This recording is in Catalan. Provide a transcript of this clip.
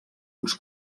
uns